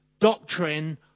doctrine